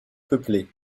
peuplées